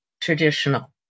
traditional